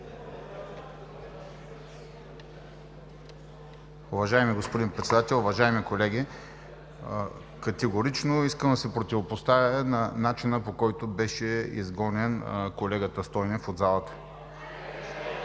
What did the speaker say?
Уважаеми господин Председател, уважаеми колеги! Категорично искам да се противопоставя на начина, по който беше изгонен колегата Стойнев от залата.